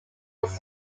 was